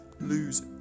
lose